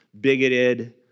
bigoted